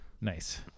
Nice